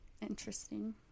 Interesting